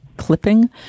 clipping